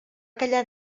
callar